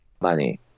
money